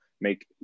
make